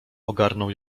ogarnął